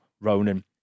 Ronan